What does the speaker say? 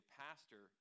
pastor